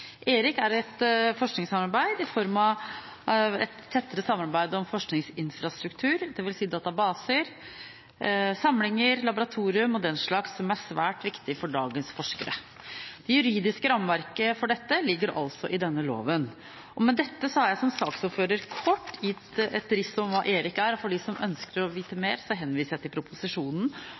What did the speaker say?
er et forskningssamarbeid i form av et tettere samarbeid om forskningsinfrastruktur, dvs. databaser, samlinger, laboratorium og den slags, som er svært viktig for dagens forskere. Det juridiske rammeverket for dette ligger altså i denne loven. Med dette har jeg som saksordfører kort gitt et riss av hva ERIC er, og for dem som ønsker å vite